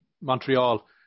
Montreal